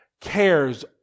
cares